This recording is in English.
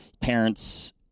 parents